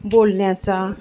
बोलण्याचा